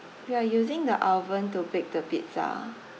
we are using the oven to bake the pizza